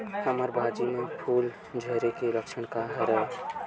हमर भाजी म फूल झारे के लक्षण का हरय?